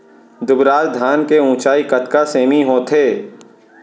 दुबराज धान के ऊँचाई कतका सेमी होथे?